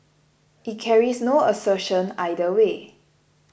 it carries no assertion either way